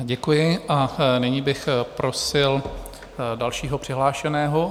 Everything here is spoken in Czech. Děkuji a nyní bych prosil dalšího přihlášeného.